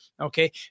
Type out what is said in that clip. Okay